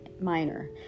Minor